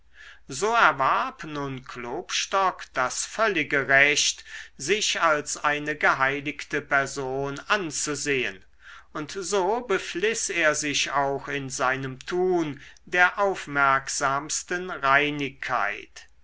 so erwarb nun klopstock das völlige recht sich als eine geheiligte person anzusehn und so befliß er sich auch in seinem tun der aufmerksamsten reinigkeit